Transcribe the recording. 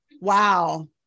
Wow